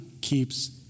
keeps